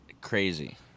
Crazy